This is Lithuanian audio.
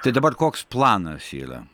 tai dabar koks planas yra